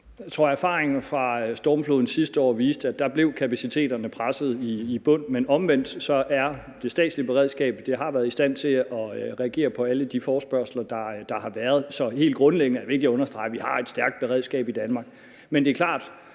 Jeg tror, erfaringen fra stormfloden sidste år viste, at der blev kapaciteterne presset i bund. Men omvendt har det statslige beredskab været i stand til at reagere på alle de forespørgsler, der har været. Så helt grundlæggende er det vigtigt at understrege, at vi har et stærkt beredskab i Danmark. Men det er klart,